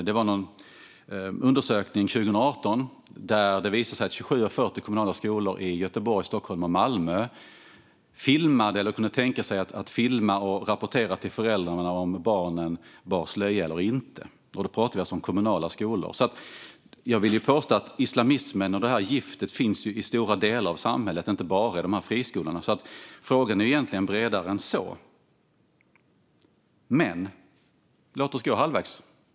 Det gjordes en undersökning 2018 där det visade sig att 27 av 40 kommunala skolor i Göteborg, Stockholm och Malmö filmade eller kunde tänka sig att filma och rapportera till föräldrarna om barnen bar slöja eller inte. Då pratar jag alltså om kommunala skolor. Jag vill därför påstå att islamismen och detta gift finns i stora delar av samhället, inte bara i dessa friskolor. Frågan är egentligen bredare än så. Men låt oss gå halvvägs.